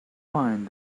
find